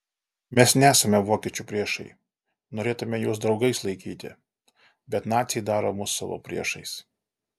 mes nesame vokiečių priešai norėtumėme juos draugais laikyti bet naciai daro mus savo priešais